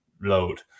load